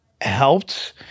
helped